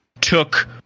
took